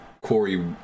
Corey